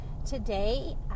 Today